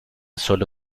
sólo